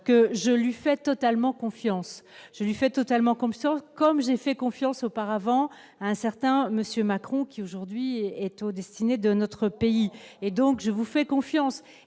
que je lui fais totalement confiance, je lui fais totalement confiance, comme j'ai fait confiance auparavant un certain monsieur Macron qui aujourd'hui est aux destinées de notre pays et donc je vous fais confiance